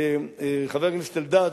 חבר הכנסת אלדד,